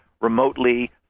remotely